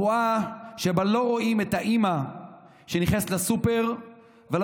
הבועה שבה לא רואים את האימא שנכנסת לסופר ולא